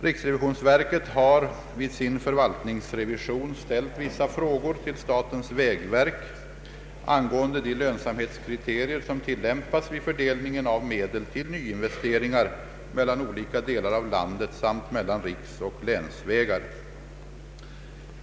Riksrevisionsverket har vid sin förvaltningsrevision ställt vissa frågor till statens vägverk angående de lönsamhetskriterier som tillämpas vid fördelningen av medel till nyinvesteringar mellan olika delar av landet samt mellan riksoch länsvägar.